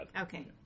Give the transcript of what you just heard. Okay